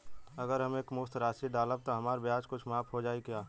अगर हम एक मुस्त राशी डालब त हमार ब्याज कुछ माफ हो जायी का?